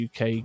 UK